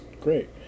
great